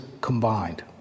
combined